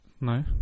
No